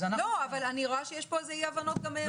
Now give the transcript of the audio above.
אני רואה שיש פה אי הבנות גם מול הייעוץ המשפטי.